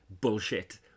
bullshit